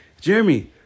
jeremy